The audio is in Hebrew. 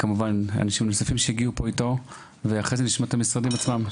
ולאחר מכן, נשמע את המשרדים עצמם.